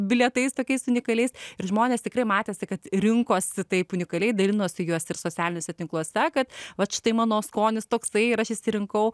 bilietais tokiais unikaliais ir žmonės tikrai matėsi kad rinkosi taip unikaliai dalinosi juos ir socialiniuose tinkluose kad vat štai mano skonis toksai ir aš išsirinkau